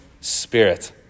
spirit